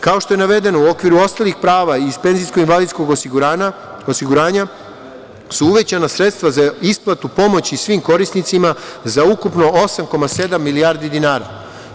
Kao što je navedeno u okviru ostalih prava iz penzijskog i invalidskog osiguranja su uvećana sredstva za isplatu pomoći svim korisnicima za ukupno 8,7 milijardi dinara.